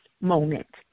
moment